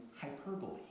hyperbole